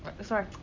sorry